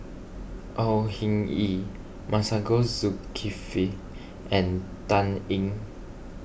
Au Hing Yee Masagos Zulkifli and Dan Ying